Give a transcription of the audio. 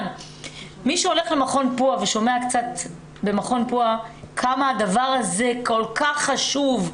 מי שהולך למכון פועה ושומע קצת במכון פועה כמה הדבר הזה כל כך חשוב,